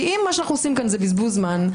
כי אם מה שאנחנו עושים פה זה בזבוז זמן,